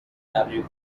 تغییر